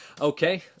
Okay